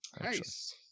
Nice